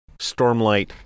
Stormlight